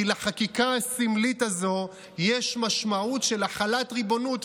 כי לחקיקה הסמלית הזו יש משמעות של החלת ריבונות,